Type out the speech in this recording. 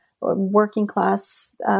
working-class